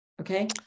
Okay